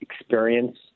experience